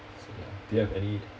so ya do you have any